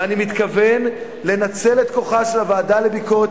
ואני מתכוון לנצל את כוחה של הוועדה לביקורת